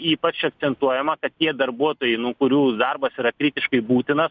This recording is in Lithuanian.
ypač akcentuojama kad tie darbuotojai nu kurių darbas yra kritiškai būtinas